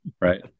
Right